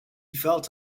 felt